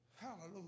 Hallelujah